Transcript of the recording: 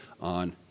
on